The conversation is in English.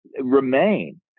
remain